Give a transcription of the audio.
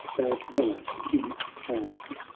thou dweller in a cloud,